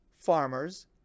farmers